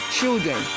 Children